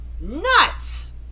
Nuts